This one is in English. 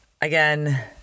Again